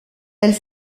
elle